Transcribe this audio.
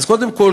אז קודם כול,